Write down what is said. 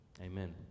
Amen